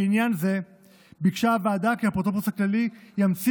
בעניין זה ביקשה הוועדה כי האפוטרופוס הכללי ימציא